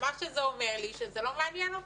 מה שזה אומר לי, שזה לא מעניין אותו.